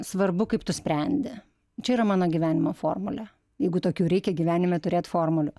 svarbu kaip tu sprendi čia yra mano gyvenimo formulė jeigu tokių reikia gyvenime turėt formulių